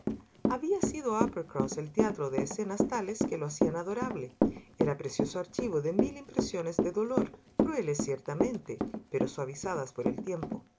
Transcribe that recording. había sido uppercross el teatro de escenas tales que lo hacían adorable era precioso archivo de mil impresiones de dolor crueles ciertamente pero suavizadas por el tiempo